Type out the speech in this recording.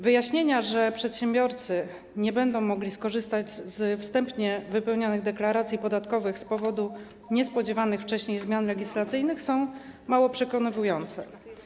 Wyjaśnienia, że przedsiębiorcy nie będą mogli skorzystać z wstępnie wypełnianych deklaracji podatkowych z powodu niespodziewanych wcześniej zmian legislacyjnych, są mało przekonywujące.